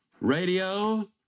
radio